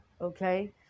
Okay